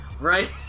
right